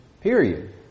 period